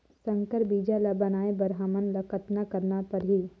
संकर बीजा ल बनाय बर हमन ल कतना करना परही?